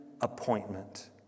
appointment